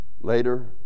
Later